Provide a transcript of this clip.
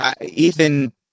Ethan